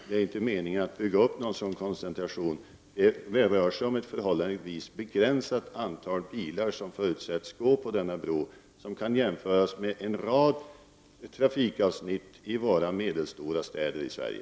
Herr talman! Det är inte meningen att sådan koncentration skall skapas. Det rör sig om ett förhållandevis begränsat antal bilar som förutsätts färdas över denna bro. Det kan jämföras med en rad trafikavsnitt i medelstora städer i Sverige.